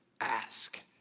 ask